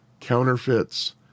counterfeits